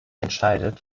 entscheidet